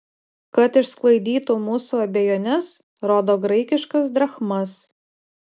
kad išsklaidytų mūsų abejones rodo graikiškas drachmas